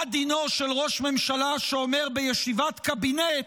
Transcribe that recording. מה דינו של ראש ממשלה שאומר בישיבת קבינט: